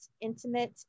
intimate